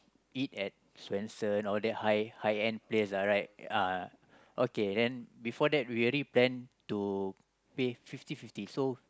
eat and Swensen all that high high end place ah right uh okay then before that we already plan to pay fifty fifty so